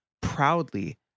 proudly